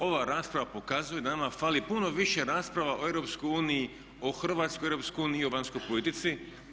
Ova rasprava pokazuje da nama fali puno više rasprava o EU, o hrvatskoj EU i o vanjskoj politici.